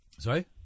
Sorry